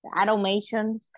Automation